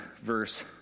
verse